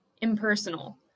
impersonal